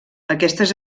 aquestes